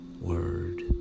Word